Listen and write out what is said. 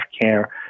care